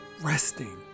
resting